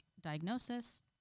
diagnosis